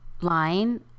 line